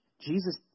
Jesus